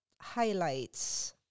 highlights